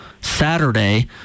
Saturday